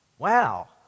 Wow